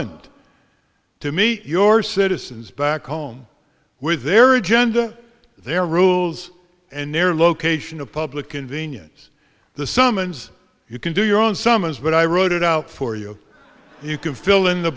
summoned to meet your citizens back home with their agenda their rules and their location of public convenience the summons you can do your own summons but i rode it out for you you can fill in the